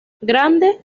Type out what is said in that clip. grande